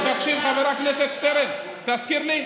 אדוני, תקשיב, חבר הכנסת שטרן, תזכיר לי?